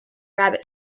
rabbit